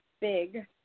big